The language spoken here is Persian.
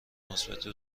مثبتی